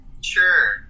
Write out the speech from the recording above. Sure